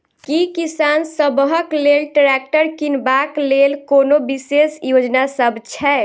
की किसान सबहक लेल ट्रैक्टर किनबाक लेल कोनो विशेष योजना सब छै?